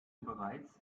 bereits